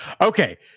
Okay